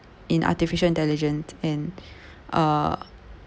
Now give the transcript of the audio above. in artificial intelligence and uh